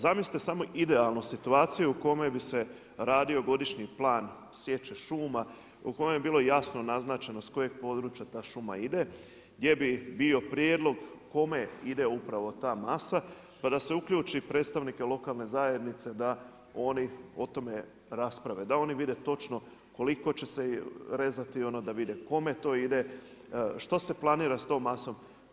Zamislite samo idealnu situaciju u kojoj bi se radio godišnji plan siječe šuma, u kojem bi bilo jasno naznačeno s kojeg područja ta šume ide, gdje bi bio prijedlog kome ide upravo ta masa pa da se uključi predstavnike lokalne zajednice da oni o tome rasprave, da oni vide točno koliko će se rezati, da vide kome to ide, što se planira s tom masom.